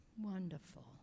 Wonderful